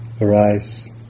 arise